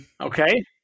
Okay